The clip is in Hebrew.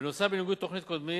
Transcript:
נוסף על כך ובניגוד לתוכניות קודמות,